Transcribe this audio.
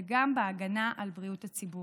וגם בהגנה על בריאות הציבור.